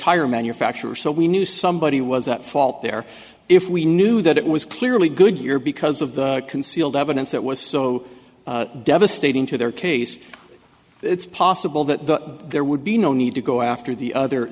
tire manufacturer so we knew somebody was at fault there if we knew that it was clearly goodyear because of the concealed evidence that was so devastating to their case it's possible that the there would be no need to go after the other